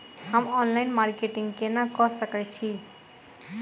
हम online marketing केना कऽ सकैत छी?